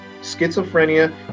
schizophrenia